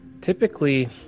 typically